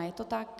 Je to tak?